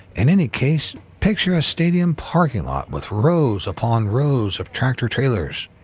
in any case, picture a stadium parking lot with rows upon rows of tractor trailers.